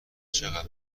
چقدر